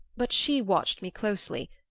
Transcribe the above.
but she watched me closely,